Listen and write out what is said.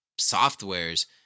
softwares